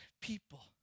people